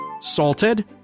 salted